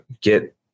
Get